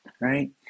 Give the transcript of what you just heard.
right